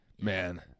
Man